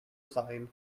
sign